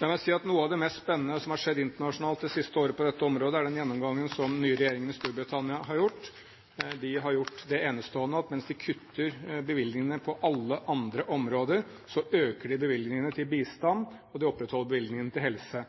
La meg si at noe av det mest spennende som har skjedd internasjonalt det siste året på dette området, er gjennomgangen som den nye regjeringen i Storbritannia har gjort. De har gjort det enestående at mens de kutter bevilgningene på alle andre områder, så øker de bevilgningene til bistand, og de opprettholder bevilgningene til helse.